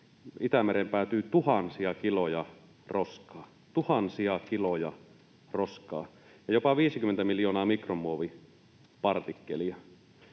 roskaa — tuhansia kiloja roskaa — ja jopa 50 miljoonaa mikromuovipartikkelia.